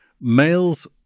males